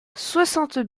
cinquante